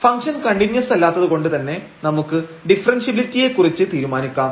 function continuous അല്ലാത്തതുകൊണ്ട് തന്നെ നമുക്ക് ഡിഫറെൻഷ്യബിലിറ്റിയെ കുറിച്ച് തീരുമാനിക്കാം